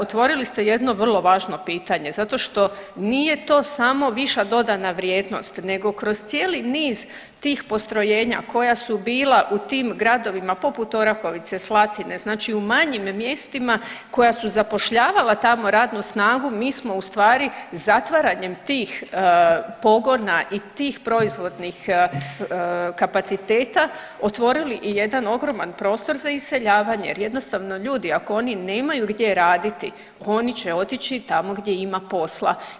Otvorili ste jedno vrlo važno pitanje zato što nije to samo viša dodana vrijednost nego kroz cijeli niz tih postrojenja koja su bila u tim gradovima poput Orahovice, Slatine, znači u manjim mjestima koja su zapošljavala tamo radnu snagu mi smo u stvari zatvaranjem tih pogona i tih proizvodnih kapaciteta otvorili i jedan ogroman prostor za iseljavanje jer jednostavno ljudi ako oni nemaju gdje raditi oni će otići tamo gdje ima posla.